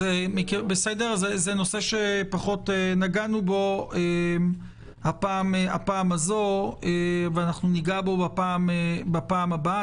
זה נושא שפחות נגענו בו הפעם הזאת ואנחנו ניגע בו בפעם הבאה.